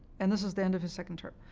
and this is the end of his second term.